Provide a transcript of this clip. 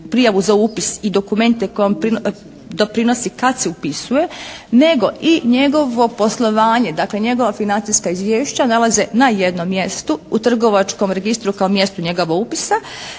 za upis i dokumente koje doprinosi kad se upisuje nego i njegovo poslovanje, dakle njegova financijska izvješća nalaze na jednom mjestu, u trgovačkom registru kao mjestu njegova upisa.